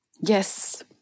Yes